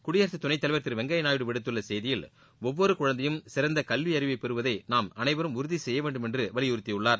குடியரசுத் துணைத் தலைவர் திரு வெங்கையா நாயுடு விடுத்தள்ள செய்தியில் ஒவ்வொரு குழந்தையும் சிறந்த கல்வி அறிவை பெறுவதை நாம் அனைவரும் உறுதி செய்ய வேண்டும் என்று வலிபுறுத்தியுள்ளார்